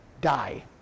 die